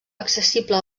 accessible